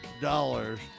Dollars